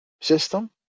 system